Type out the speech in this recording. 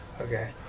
okay